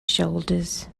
shoulders